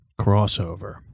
Crossover